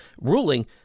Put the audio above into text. ruling